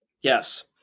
Yes